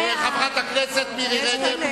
חברת הכנסת מירי רגב, בבקשה.